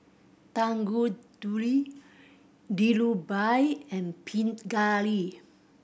Tanguturi Dhirubhai and Pingali